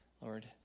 Lord